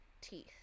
teeth